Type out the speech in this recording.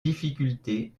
difficultés